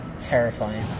Terrifying